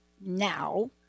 now